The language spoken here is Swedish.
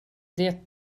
det